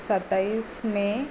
सतावीस मे